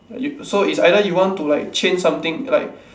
you so it's either you want to like change something like